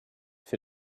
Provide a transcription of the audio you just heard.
für